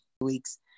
weeks